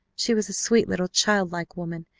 she was a sweet little child-like woman,